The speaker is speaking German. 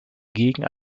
gegen